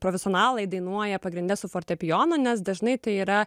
profesionalai dainuoja pagrinde su fortepijonu nes dažnai tai yra